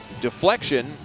deflection